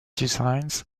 designs